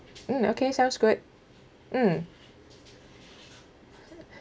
mm okay sounds good mm